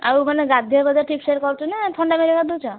ଆଉ ମାନେ ଗାଧୁଆ ପାଧୁଆ ଠିକ୍ ଭାବରେ କରୁଛୁ ନା ଥଣ୍ଡା ପାଣିରେ ଗାଧୋଉଛ